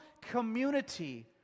community